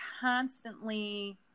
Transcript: constantly